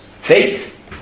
faith